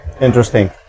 Interesting